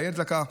הילד לקח.